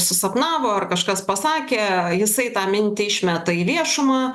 susapnavo ar kažkas pasakė jisai tą mintį išmeta į viešumą